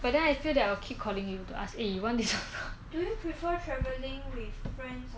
but then I feel that I'll keep calling you to ask eh you want this or not do you prefer travelling with friends